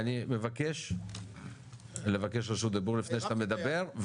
אני מבקש לבקש רשות דיבור לפני שאתה מדבר,